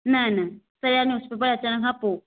न न सयानो सुभाणे अचण खां पोइ